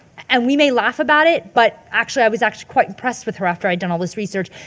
and we may laugh about it, but actually i was actually quite impressed with her after i'd done all this research.